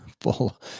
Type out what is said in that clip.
full